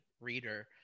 reader